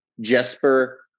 Jesper